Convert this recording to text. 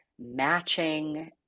matching